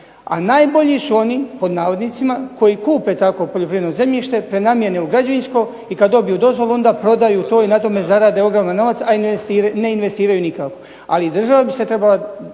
A "najbolji" su oni koji kupe takvo poljoprivredno zemljište, prenamijene u građevinsko i kada dobiju dozvolu onda prodaju to i na tome zarade ogroman novac, a ne investiraju nikako. Ali i država bi se trebala